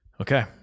okay